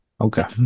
Okay